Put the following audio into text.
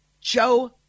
Joe